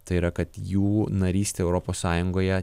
tai yra kad jų narystė europos sąjungoje